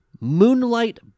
Moonlight